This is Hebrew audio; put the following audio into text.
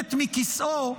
לרדת מכיסאו,